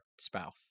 spouse